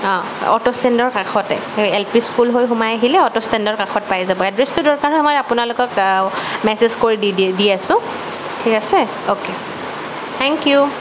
auto ষ্টেণ্ডৰ কাষতে হয় এল পি স্কুল হৈ সোমাই আহিলে অটো ষ্টেণ্ডৰ কাষত পাই যাব এড্ৰেচটো দৰকাৰ হ'লে আপোনালোকক মেছেজ কৰি দি দি দি আছো ঠিক আছে অকে থেংক ইউ